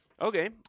Okay